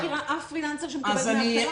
אני לא מכירה אף פרילנסר שמקבל דמי אבטלה.